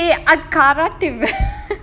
oh dey ah karate man